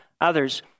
others